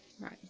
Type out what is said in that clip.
Right